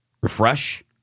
refresh